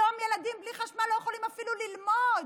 היום ילדים בלי חשמל לא יכולים אפילו ללמוד.